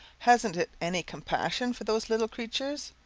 hasn't it any compassion for those little creature?